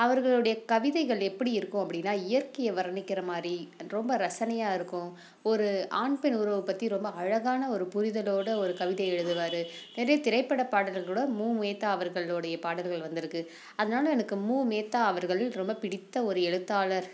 அவர்களுடைய கவிதைகள் எப்படி இருக்கும் அப்படினா இயற்கையை வர்ணிக்கிற மாதிரி ரொம்ப ரசனையாக இருக்கும் ஒரு ஆண் பெண் உறவை பற்றி ரொம்ப அழகான ஒரு புரிதலோடு ஒரு கவிதை எழுதுவாரு நிறைய திரைப்பட பாடல்களோடு மு மேத்தா அவர்களுடைய பாடல்கள் வந்து இருக்குது அதனால எனக்கு மு மேத்தா அவர்கள் ரொம்ப பிடித்த ஒரு எழுத்தாளர்